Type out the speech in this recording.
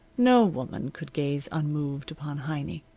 no woman could gaze unmoved upon heiny.